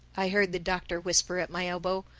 i heard the doctor whisper at my elbow.